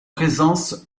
présence